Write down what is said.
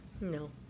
No